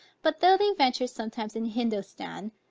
but though they venture sometimes in hindostan,